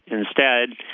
instead,